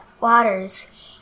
waters